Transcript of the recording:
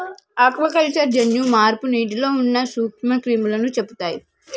aquaculture జన్యు మార్పు నీటిలో ఉన్న నూక్ష్మ క్రిములని చెపుతయ్